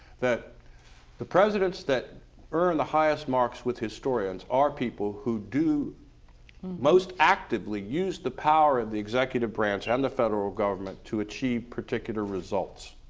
that the presidents that earn the highest marks with historians are people who do most actively use the power of the executive branch and um the federal government to achieve particular results.